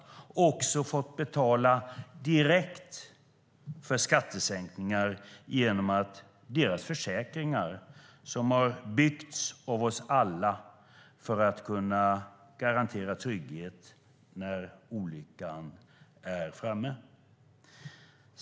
De har också fått betala direkt för skattesänkningar genom sina försäkringar, som har byggts av oss alla för att kunna garantera trygghet när olyckan är framme.